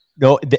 No